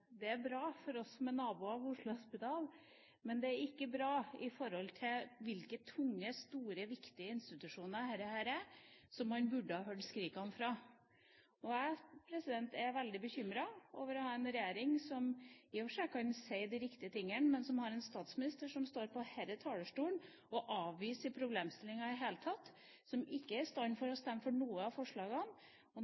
Det er bra for oss som er naboer til Oslo Hospital, men det er ikke bra for de tunge, store viktige institusjoner dette her er, som man burde ha hørt skrikene fra. Jeg er veldig bekymret over å ha en regjering som i og for seg kan si de riktige tingene, men som har en statsminister som står på denne talerstolen og avviser problemstillinga, som ikke er i stand til å stemme for